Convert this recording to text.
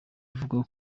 avuga